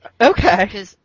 Okay